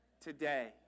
today